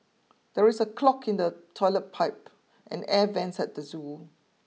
there is a clog in the toilet pipe and air vents at the zoo